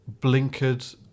blinkered